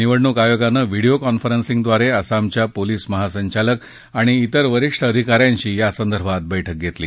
निवडणूक आयोगानं व्हिडियो कॉन्फरन्सिंगब्रारे आसामच्या पोलिस महासंचालक आणि तिर वरिष्ठ अधिका यांशी या संदर्भात बैठक घेतली